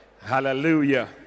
Hallelujah